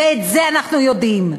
ואת זה אנחנו יודעים.